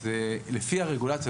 אז לפי הרגולציה,